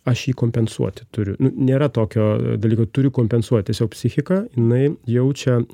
aš jį kompensuoti turiu nėra tokio dalyko turi kompensuot tiesiog psichika jinai jaučia